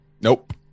Nope